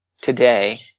today